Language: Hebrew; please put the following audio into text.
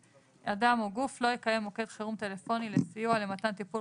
אדם או גוף לא יקיים מוקד חירום טלפוני לסיוע למתן טיפול